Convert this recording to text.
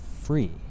free